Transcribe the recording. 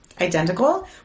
Identical